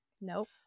Nope